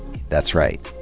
that's right,